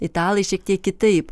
italai šiek tiek kitaip